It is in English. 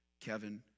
Kevin